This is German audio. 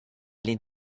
lehnt